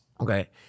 Okay